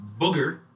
booger